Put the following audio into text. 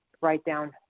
write-down